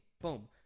boom